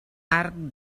arc